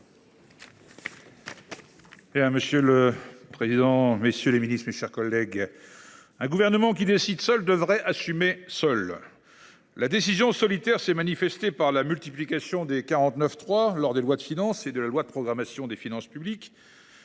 Monsieur le président, messieurs les ministres, mes chers collègues, un gouvernement qui décide seul devrait assumer seul ! Cette décision solitaire s’est manifestée par la multiplication des 49.3 sur les projets de lois de finances et de loi de programmation des finances publiques.